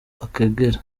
akagera